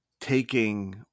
taking